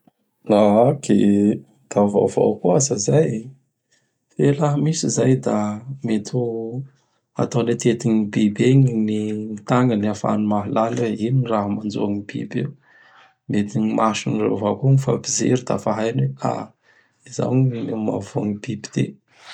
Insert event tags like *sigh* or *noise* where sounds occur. *noise* Haky e!Da vaovao *noise* koa aza zay. Fe laha misy izay da mety ho hataony atetin'ny biby egny ny tagnany ahafahany mahalala *noise* oe ino gny raha manjo agn biby io. *noise* Mety gny masondreo avao gny mifampijery dafa hainy hoe *hesitation* izao gn gny raha mahovoa an biby ty. *noise*